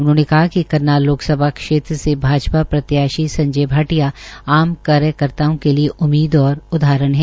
उन्होंने कहा कि करनाल लोकसभा क्षेत्र से भाजपा प्रत्याशी संजय भाटिया आम कार्यकर्ताओं के लिए उम्मीद और उदाहरण हैं